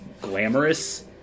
glamorous